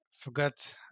forgot